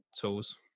tools